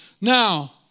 Now